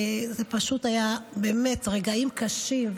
אלו היו פשוט באמת רגעים קשים.